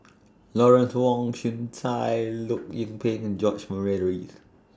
Lawrence Wong Shyun Tsai Loh Lik Peng and George Murray Reith